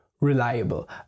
reliable